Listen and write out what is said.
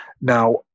Now